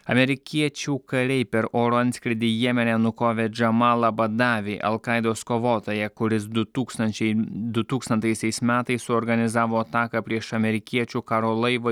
amerikiečių kariai per oro antskrydį jemene nukovė džamalą badavį al kaidos kovotoją kuris du tūkstančiai dutūkstantaisiais metais suorganizavo ataką prieš amerikiečių karo laivą